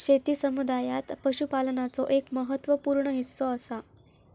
शेती समुदायात पशुपालनाचो एक महत्त्व पूर्ण हिस्सो असा